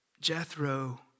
Jethro